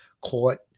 court